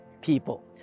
people